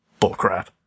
bullcrap